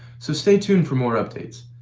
so stay tuned for more updates,